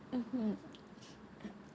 mmhmm